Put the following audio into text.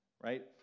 right